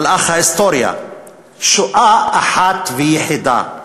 מלאך ההיסטוריה, שואה אחת ויחידה,